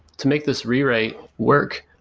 to make this rewrite work,